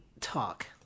talk